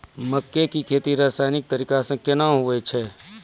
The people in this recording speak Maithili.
मक्के की खेती रसायनिक तरीका से कहना हुआ छ?